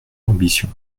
ambition